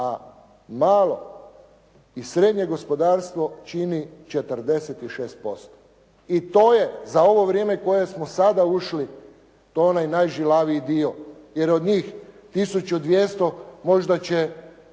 a malo i srednje gospodarstvo čini 46% i to je za ovo vrijeme u koje smo sada ušli to je onaj najžilaviji dio jer on njih 1200 možda će